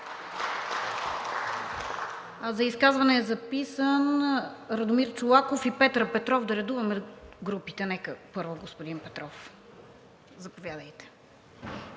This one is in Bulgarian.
За изказване е записан Радомир Чолаков и Петър Петров – да редуваме групите. Нека, първо, господин Петров – заповядайте.